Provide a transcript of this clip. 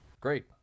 Great